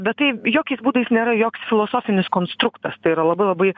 bet tai jokiais būdais nėra joks filosofinis konstruktas tai yra labai labai